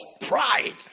pride